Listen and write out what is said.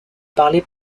parler